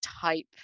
type